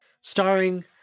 starring